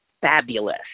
fabulous